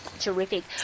Terrific